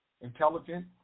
intelligent